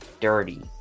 dirty